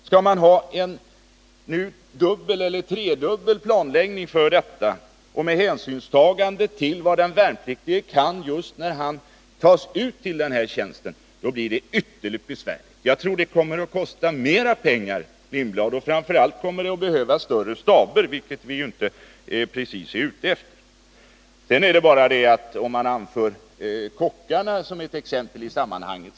Skall man ha en dubbel eller tredubbel planläggning för detta, och skall man ta hänsyn till vad den värnpliktige kan just när han tas ut till värnpliktstjänsten, då blir det ytterst besvärligt. Jag tror att det kommer att kosta mera pengar, Hans Lindblad. Och framför allt kommer det att behövas större staber — något som vi ju inte precis är ute efter. Hans Lindblad vill också ta kockarna som ett exempel i sammanhanget.